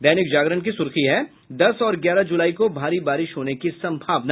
दैनिक जागरण की सुर्खी है दस और ग्यारह जुलाई को भारी बारिश होने की संभावना